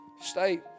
stay